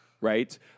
right